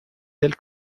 del